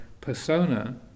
persona